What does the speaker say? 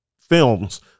films